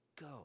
Go